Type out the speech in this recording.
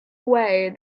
away